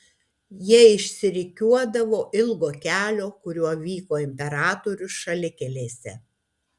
jie išsirikiuodavo ilgo kelio kuriuo vyko imperatorius šalikelėse